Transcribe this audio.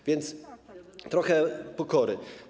A więc trochę pokory.